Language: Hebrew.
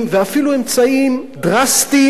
ואפילו אמצעים דרסטיים,